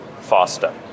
faster